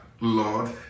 Lord